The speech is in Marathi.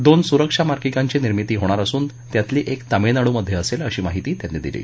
दोन सुरक्षा मार्गिकांची निर्मिती होणार असून त्यातली एक तामिळनाडूमधे असेल अशी माहिती त्यांनी दिली